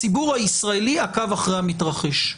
הציבור הישראלי עקב אחרי המתרחש.